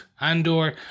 Andor